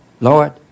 Lord